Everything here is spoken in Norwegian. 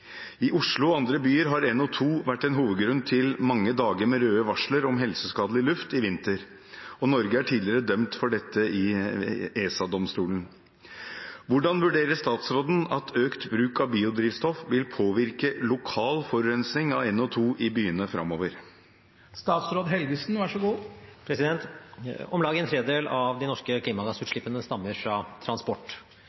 I Oslo og andre byer har NO 2 vært en hovedgrunn til mange dager med røde varsler om helseskadelig luft i vinter, og Norge er tidligere dømt for dette i ESA. Hvordan vurderer statsråden at økt bruk av biodrivstoff vil påvirke lokal forurensning av NO 2 i byene framover?» Om lag en tredjedel av de norske klimagassutslippene stammer fra transport. Biodrivstoff kan være en del av